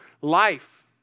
life